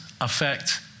affect